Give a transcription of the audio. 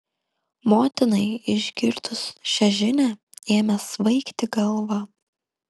motinai išgirdus šią žinią ėmė svaigti galva